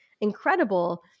incredible